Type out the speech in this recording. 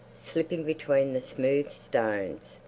slipping between the smooth stones,